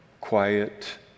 quiet